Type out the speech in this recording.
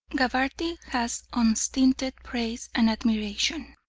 gabarty has unstinted praise and admiration.